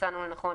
מצאנו לנכון